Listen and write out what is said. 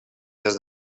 des